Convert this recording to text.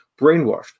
brainwashed